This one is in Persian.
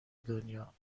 دنیا